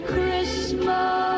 Christmas